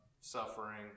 suffering